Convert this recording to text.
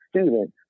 students